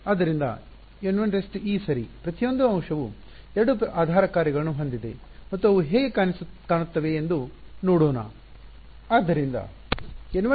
ಆದ್ದರಿಂದ N1e ಸರಿ ಪ್ರತಿಯೊಂದೂ ಅಂಶವು ಎರಡು ಆಧಾರ ಕಾರ್ಯಗಳನ್ನು ಹೊಂದಿದೆ ಮತ್ತು ಅವು ಹೇಗೆ ಕಾಣುತ್ತವೆ ಎಂದು ನೋಡೋಣ